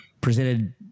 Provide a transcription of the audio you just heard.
presented